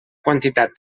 quantitat